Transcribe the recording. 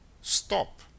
Stop